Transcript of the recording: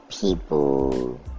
people